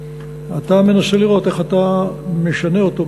אתה מנסה לראות איך אתה משנה אותו,